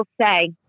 say